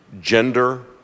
gender